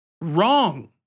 wrong